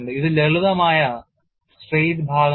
ഇത് ലളിതമായ straight ഭാഗമല്ല